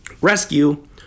rescue